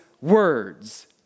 words